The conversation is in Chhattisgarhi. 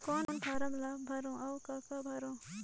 कौन फारम ला भरो और काका भरो?